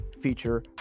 feature